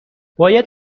باید